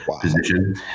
position